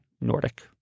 Nordic